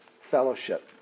fellowship